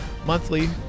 monthly